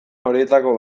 horietako